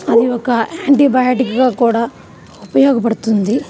అది ఒక యాంటీ బయాటిక్గా కూడా ఉపయోగపడుతుంది